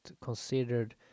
considered